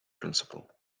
principle